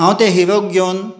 हांव त्या हिरोक घेवन